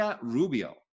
Rubio